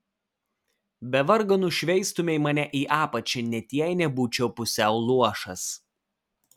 be vargo nušveistumei mane į apačią net jei nebūčiau pusiau luošas